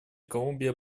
колумбия